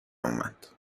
اومد